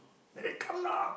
eh come lah